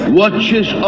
watches